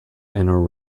inner